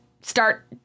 start